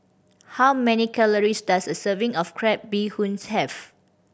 how many calories does a serving of crab bee hoon have